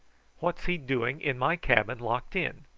what's he doing in my cabin locked in?